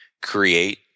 create